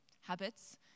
habits